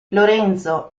lorenzo